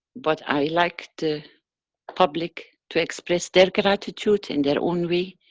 but i like the public to express their gratitude in their own way.